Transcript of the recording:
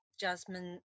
Jasmine